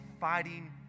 fighting